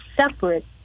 separate